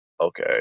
okay